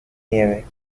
nieve